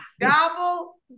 gobble